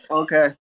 okay